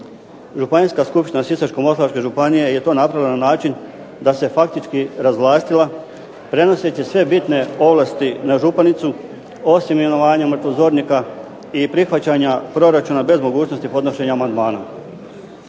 Županijska skupština Sisačko-moslavačke županije je to napravila na način da se faktički razvlastila prenoseći sve bitne ovlasti na županicu, osim imenovanja mrtvozornika i prihvaćanja proračuna bez mogućnosti podnošenja amandmana.